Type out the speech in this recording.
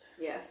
Yes